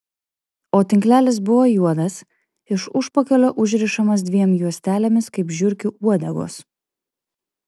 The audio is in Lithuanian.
o tinklelis buvo juodas iš užpakalio užrišamas dviem juostelėmis kaip žiurkių uodegos